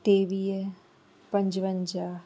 टेवीह पंजवंजाह